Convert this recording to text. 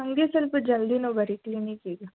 ಹಾಗೆ ಸ್ವಲ್ಪ ಜಲ್ದಿನು ಬರ್ರಿ ಕ್ಲಿನಿಕ್ಕಿಗ